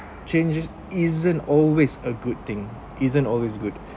changes isn't always a good thing isn't always good